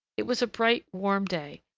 it was a blight, warm day,